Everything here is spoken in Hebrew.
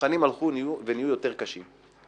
המבחנים הלכו ונהיו יותר קשים.